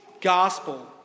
gospel